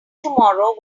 tomorrow